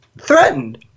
threatened